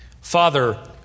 Father